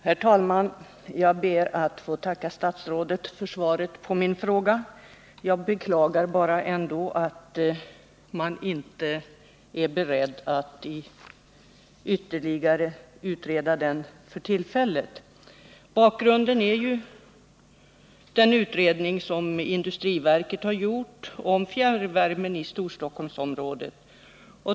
Herr talman! Jag ber att få tacka statsrådet för svaret på min fråga. Jag beklagar bara att man inte är beredd att ytterligare utreda den för tillfället. Bakgrunden är den utredning som industriverket gjort om fjärrvärmen i Storstockholmsområdet.